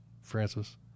Francis